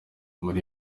muri